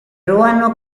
ruano